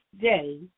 day